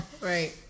Right